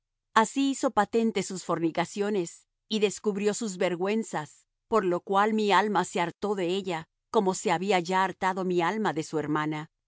así hizo patentes sus fornicaciones y descubrió sus vergüenzas por lo cual mi alma se hartó de ella como se había ya hartado mi alma de su hermana